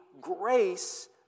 grace